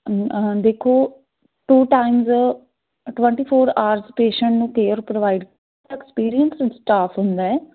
ਦੇਖੋ two times twenty four hours patient ਨੂੰ care provide experience staff ਹੁੰਦਾ ਹੈ